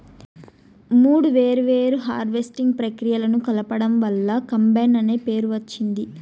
మూడు వేర్వేరు హార్వెస్టింగ్ ప్రక్రియలను కలపడం వల్ల కంబైన్ అనే పేరు వచ్చింది